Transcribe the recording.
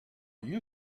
you